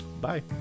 Bye